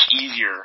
easier